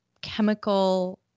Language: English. chemical